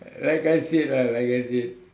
like I said ah like I said